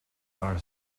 are